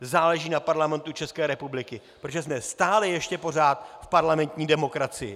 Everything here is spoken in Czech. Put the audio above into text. Záleží na Parlamentu České republiky, protože jsme stále ještě pořád v parlamentní demokracii.